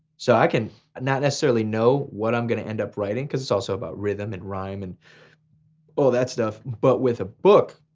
so i can not necessarily know what i'm gonna end up writing, cause it's also about rhythm and rhyme and all that stuff. but with a book,